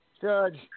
Judge